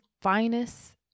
finest